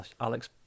Alex